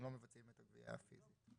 אז המוטיבציה היא לגבות כמה שיותר.